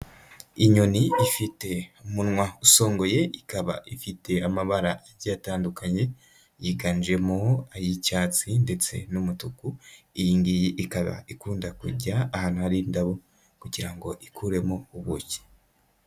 Inyoni ifite umunwa usongoye, ikaba ifite amabara agiye atandukanye, yiganjemo ay'icyatsi ndetse n'umutuku, iyi ngiyi ikaba ikunda kujya ahantu hari indabo kugira ngo ikuremo ubuki.